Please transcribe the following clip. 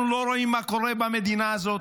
אנחנו לא רואים מה קורה במדינה הזאת?